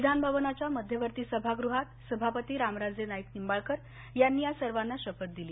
विधानभवनाच्या मध्यवर्ती सभागृहात सभापती रामराजे नाईक निंबाळकर यांनी या सर्वांना शपथ दिली